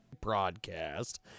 broadcast